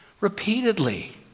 repeatedly